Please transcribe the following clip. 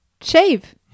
shave